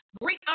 Great